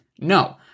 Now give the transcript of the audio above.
No